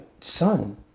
son